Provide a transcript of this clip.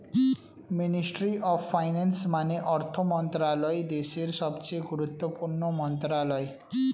ministry of finance মানে অর্থ মন্ত্রণালয় দেশের সবচেয়ে গুরুত্বপূর্ণ মন্ত্রণালয়